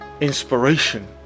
inspiration